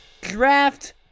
Draft